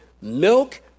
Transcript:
Milk